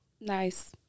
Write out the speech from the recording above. Nice